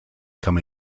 come